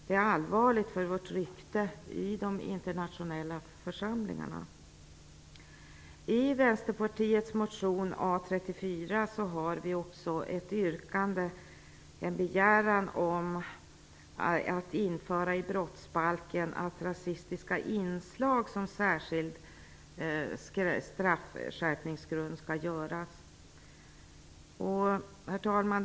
Det är allvarligt för vårt rykte i de internationella församlingarna. I Vänsterpartiets motion A34 har vi också ett yrkande innebärande en begäran om att i brottsbalken införa att rasistiska inslag skall utgöra särskild straffskärpningsgrund. Herr talman!